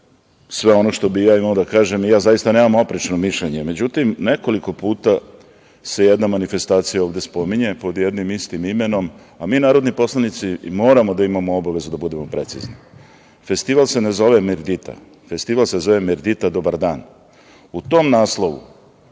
sve ono što bih imao da kažem. Zaista nemam oprečno mišljenje, međutim, nekoliko puta se jedna manifestacija ovde spominje pod jednim istim imenom, a mi narodni poslanici moramo da imamo obavezu da budemo precizni. Festival se ne zove merdita, festival se zove „Merdita – dobar dan“. U tom naslovu